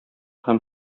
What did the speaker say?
һәм